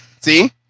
See